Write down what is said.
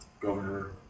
governor